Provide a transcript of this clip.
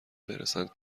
برسند